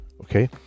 okay